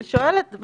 אני שואלת.